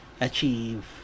achieve